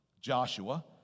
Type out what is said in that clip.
Joshua